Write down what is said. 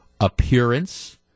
appearance